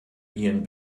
ihren